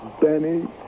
Benny